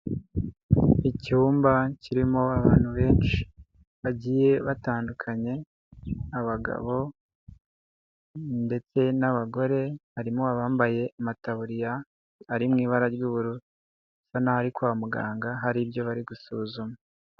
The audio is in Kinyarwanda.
Icyumba kirimo abantu benshi bagiye batandukanye: abagabo ndetse n'abagore, harimo abambaye amataburiya ari mu ibara ry'ubururu, hasa n'aho ari kwa muganga, hari ibyo bari gusuzuma.